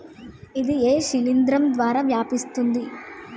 ఇది ఏ శిలింద్రం ద్వారా వ్యాపిస్తది?